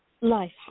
life